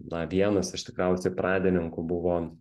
na vienas iš tikriausiai pradininkų buvo